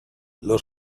los